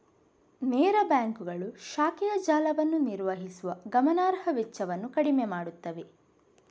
ನೇರ ಬ್ಯಾಂಕುಗಳು ಶಾಖೆಯ ಜಾಲವನ್ನು ನಿರ್ವಹಿಸುವ ಗಮನಾರ್ಹ ವೆಚ್ಚವನ್ನು ಕಡಿಮೆ ಮಾಡುತ್ತವೆ